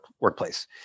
workplace